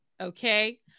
Okay